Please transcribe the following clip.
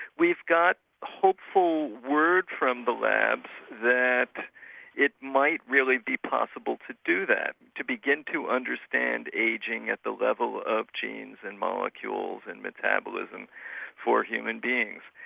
we've got hopeful word from the labs that it might really be possible to do that, to begin to understand ageing at the level of genes and molecules and metabolism for human beings.